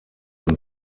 und